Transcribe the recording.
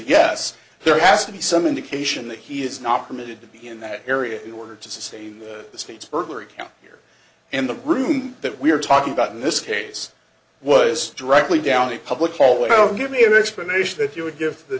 yes there has to be some indication that he is not permitted to be in that area in order to save the state burglary count here in the room that we are talking about in this case was directly down the public hallway give me an explanation that you would give the